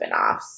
spinoffs